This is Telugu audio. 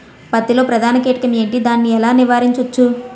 పత్తి లో ప్రధాన కీటకం ఎంటి? దాని ఎలా నీవారించచ్చు?